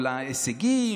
או להישגים,